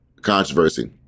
controversy